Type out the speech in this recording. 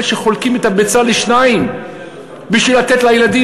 שמחלקים את הביצה לשניים כדי לתת לילדים.